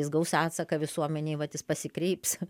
jis gaus atsaką visuomenėj vat jis pasikreips